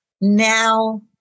Now